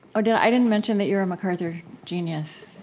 oh, yeah i didn't mention that you're a macarthur genius.